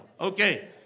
Okay